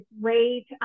great